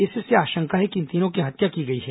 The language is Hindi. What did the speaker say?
इससे आशंका है कि इन तीनों की हत्या की गई है